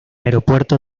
aeropuerto